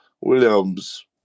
Williams